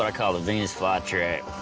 ah call the venus flytrap.